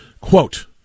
Quote